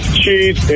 cheese